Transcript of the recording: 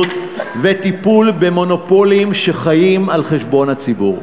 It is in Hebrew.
וטיפול במונופולים שחיים על חשבון הציבור.